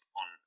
on